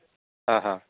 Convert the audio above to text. हा हा